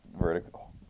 vertical